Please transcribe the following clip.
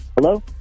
Hello